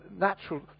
natural